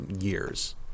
years